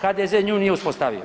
HDZ nju nije uspostavio.